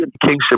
Kingship